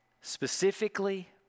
specifically